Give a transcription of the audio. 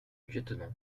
lieutenant